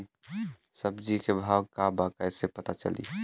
सब्जी के भाव का बा कैसे पता चली?